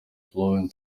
flowing